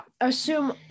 assume